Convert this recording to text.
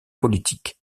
politique